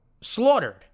slaughtered